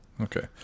Okay